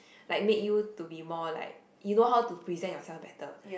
like make you to be more like you know how to present yourself better